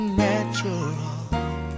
natural